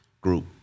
group